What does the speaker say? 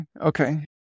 okay